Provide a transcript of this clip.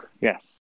Yes